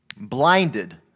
Blinded